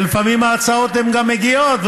ולפעמים ההצעות מגיעות,